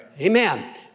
Amen